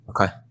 Okay